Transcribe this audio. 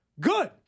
good